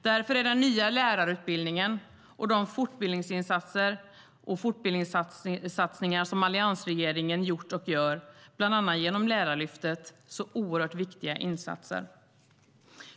Därför är den nya lärarutbildningen och de fortbildningssatsningar som alliansregeringen gjort och gör, bland annat genom Lärarlyftet, oerhört viktiga insatser.